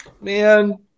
man